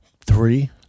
Three